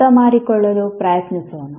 ಅರ್ಥಮಾಡಿಕೊಳ್ಳಲು ಪ್ರಯತ್ನಿಸೋಣ